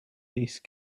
these